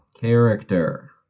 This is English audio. character